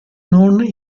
non